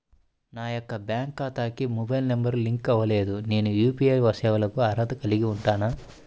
నా యొక్క బ్యాంక్ ఖాతాకి మొబైల్ నంబర్ లింక్ అవ్వలేదు నేను యూ.పీ.ఐ సేవలకు అర్హత కలిగి ఉంటానా?